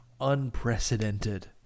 Unprecedented